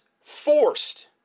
forced